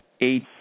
eight